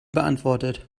beantwortet